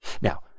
Now